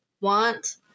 want